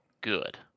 good